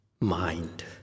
mind